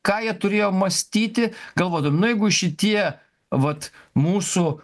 ką jie turėjo mąstyti galvodami nu jeigu šitie vat mūsų